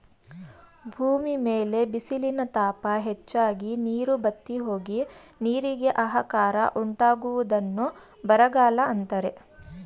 ಭೂಮಿ ಮೇಲೆ ಬಿಸಿಲಿನ ತಾಪ ಹೆಚ್ಚಾಗಿ, ನೀರು ಬತ್ತಿಹೋಗಿ, ನೀರಿಗೆ ಆಹಾಕಾರ ಉಂಟಾಗುವುದನ್ನು ಬರಗಾಲ ಅಂತರೆ